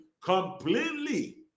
completely